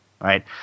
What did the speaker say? Right